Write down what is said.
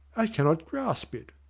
i cannot grasp it!